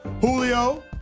Julio